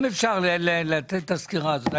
אם אפשר לתת את הסקירה הזאת.